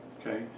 Okay